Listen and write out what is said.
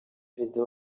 perezida